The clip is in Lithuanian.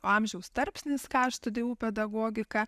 amžiaus tarpsnis ką aš studijavau pedagogiką